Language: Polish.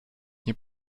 nie